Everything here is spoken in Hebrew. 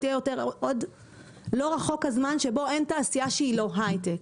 עוד לא רחוק הזמן שבו אין תעשייה שהיא לא היי-טק.